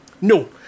No